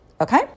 Okay